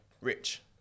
rich